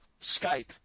Skype